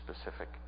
specific